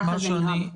ככה זה נראה בכל אופן.